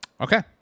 Okay